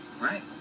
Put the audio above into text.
Right